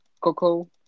Coco